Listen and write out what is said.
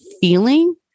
feeling